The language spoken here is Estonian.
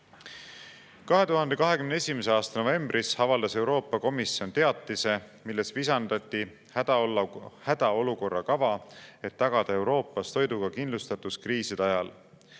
2021. aasta novembris avaldas Euroopa Komisjon teatise, milles visandati hädaolukorrakava, et tagada Euroopas toiduga kindlustatus kriiside ajal.